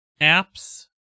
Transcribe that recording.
apps